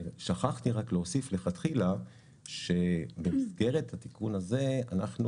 שכחתי להוסיף לכתחילה שבמסגרת התיקון הזה אנחנו